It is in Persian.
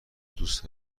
دوست